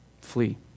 flee